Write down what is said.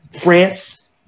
France